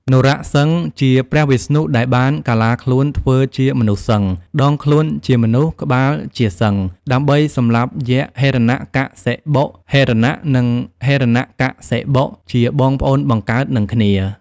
នរសិង្ហ ជាព្រះវិស្ណុដែលបានកាឡាខ្លួនធ្វើជាមនុស្សសិង្ហ (ដងខ្លួនជាមនុស្ស ក្បាលជាសិង្ហ) ដើម្បីសម្លាប់យក្សហិរណកសិបុ(ហិរណៈ និងហិរណកសិបុ ជាបងប្អូនបង្កើតនឹងគ្នា)។